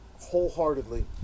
wholeheartedly